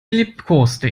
liebkoste